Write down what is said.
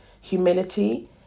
humility